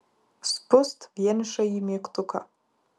spust vienišąjį mygtuką